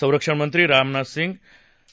संरक्षणमंत्री राजनाथ सिंह